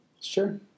Sure